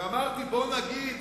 אמרתי: בוא נגיד